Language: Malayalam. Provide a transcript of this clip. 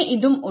ഉം ഉണ്ട്